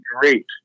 great